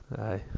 Aye